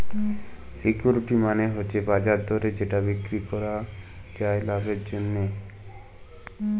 security মালে হচ্যে বাজার দরে যেটা বিক্রি করাক যায় লাভের জন্যহে